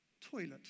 toilet